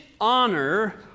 honor